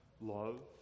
love